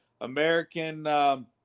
American –